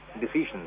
decisions